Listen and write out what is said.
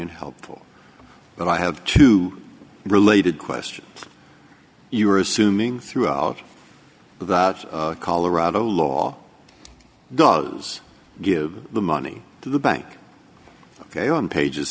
and helpful but i have two related question you're assuming throughout the colorado law goes give the money to the bank ok on pages